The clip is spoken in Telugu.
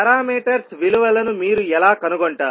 పారామీటర్స్ విలువలను మీరు ఎలా కనుగొంటారు